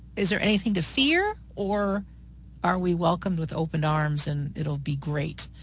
is there anything to fear, or are we welcomed with open arms and it'll be great?